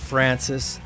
Francis